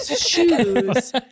shoes